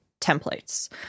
templates